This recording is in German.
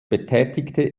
betätigte